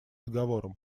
договорам